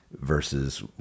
versus